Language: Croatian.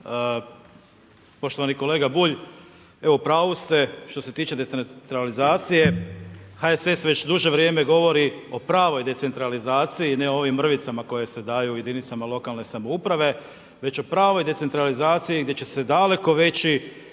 Poštovani kolega Bulj, u pravu ste što se tiče decentralizacije. HSS već duže vrijeme govori o pravoj decentralizaciji, ne o ovim mrvicama koje se daju jedinicama lokalne samouprave već o pravoj decentralizaciji gdje će se daleko veći